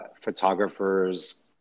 photographers